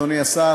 אדוני השר,